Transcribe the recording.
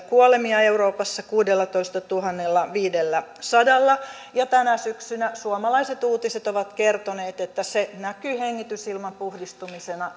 kuolemia euroopassa kuudellatoistatuhannellaviidelläsadalla ja tänä syksynä suomalaiset uutiset ovat kertoneet että se näkyy hengitysilman puhdistumisena